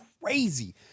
crazy